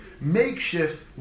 makeshift